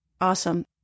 Awesome